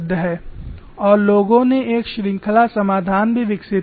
और लोगों ने एक श्रृंखला समाधान भी विकसित किया है